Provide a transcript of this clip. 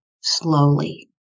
slowly